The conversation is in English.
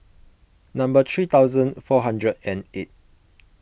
number three thousand four hundred and eight